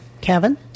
Kevin